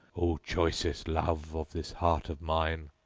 o choicest love of this heart of mine!